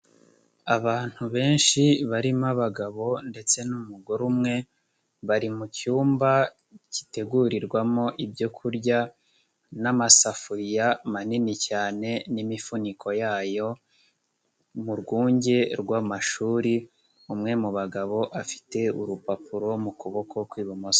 Abantu benshi barimo abagabo ndetse n'umugore umwe, bari mu cyumba gitegurirwamo ibyo kurya n'amasafuriya manini cyane n'imifuniko yayo, mu rwunge rw'amashuri, umwe mu bagabo afite urupapuro mu kuboko kw'ibumoso.